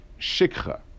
shikha